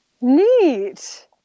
Neat